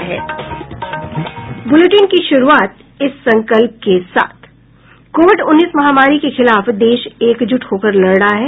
bulletin की शुरूआत इस संकल्प के साथ कोविड उन्नीस महामारी के खिलाफ देश एकजुट होकर लड़ रहा है